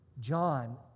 John